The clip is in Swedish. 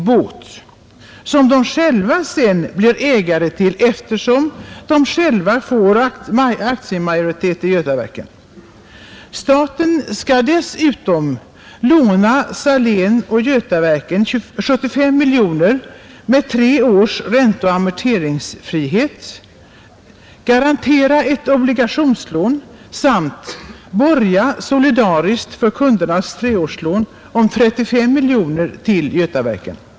båt, som de själva sedan blir ägare till eftersom de får aktiemajoritet i Götaverken; staten skall dessutom låna Salén och Götaverken 75 miljoner kronor med tre års ränteoch amorteringsfrihet, garantera ett obligationslån samt borga solidariskt för kundernas treårslån med 35 miljoner kronor till Götaverken.